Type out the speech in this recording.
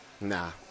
Nah